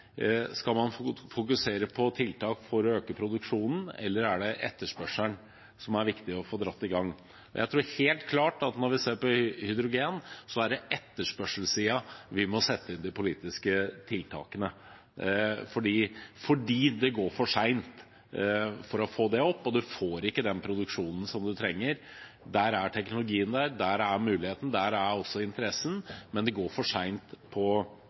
det etterspørselen som er viktig å få dratt i gang? Jeg tror helt klart at når vi ser på hydrogen, er det på etterspørselssiden vi må sette inn de politiske tiltakene, for det går for sent for å få det opp, og man får ikke den produksjonen man trenger. Teknologien er der, mulighetene er der, og også interessen, men det går for sent på